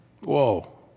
Whoa